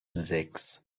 sechs